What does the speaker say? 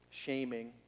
Shaming